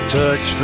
touch